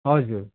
हजुर